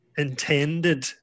Intended